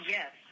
Yes